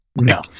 No